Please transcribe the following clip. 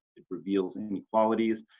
it reveals inequalities